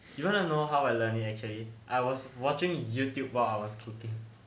you want to know how I learnt it actually I was watching YouTube while I was cooking